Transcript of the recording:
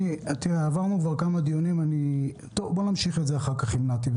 עברנו כבר כמה דיונים, ונמשיך אחר כך עם נת"י.